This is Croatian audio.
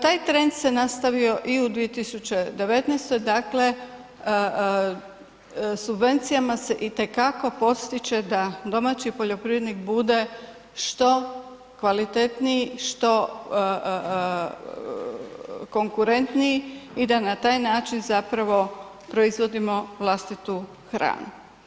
Taj trend se nastavio i u 2019., dakle subvencijama se itekako postiže da domaći poljoprivrednik bude što kvalitetniji, što konkuretniji i da na taj način zapravo proizvodimo vlastitu hranu.